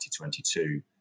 2022